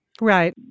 Right